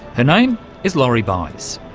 her name is laurie buys.